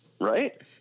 Right